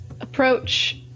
approach